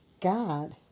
God